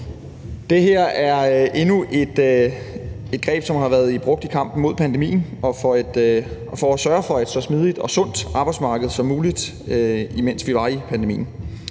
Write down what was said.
Det her er endnu et greb, der har været brugt i kampen mod pandemien, for at sørge for et så sundt og smidigt arbejdsmarked som muligt under pandemien.